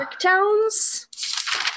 towns